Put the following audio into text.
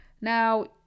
Now